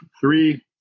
three